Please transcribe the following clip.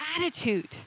attitude